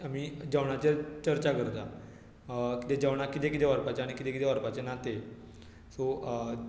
आमी जेवणाचेर चर्चा करता किदें जेवणाक किदें किदें व्हरपाचें आनी किदें किदें व्हरपाचें ना तें सो